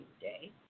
day